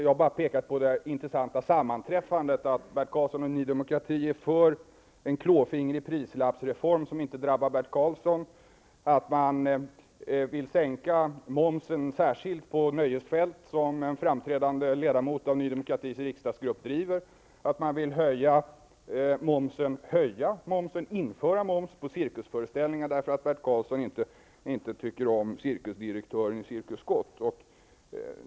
Jag har bara pekat på det intressanta sammanträffandet att Bert Karlsson och Ny Demokrati är för en klåfingrig prislappsreform som inte drabbar Bert Karlsson, att man vill sänka momsen särskilt på nöjesfält som en framträdande ledamot av Ny Demokratis riksdagsgrupp driver, att man vill införa moms på cirkusföreställningar därför att Bert Karlsson inte tycker om direktören i Cirkus Scott.